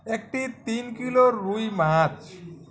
একটি তিন কিলো রুই মাছ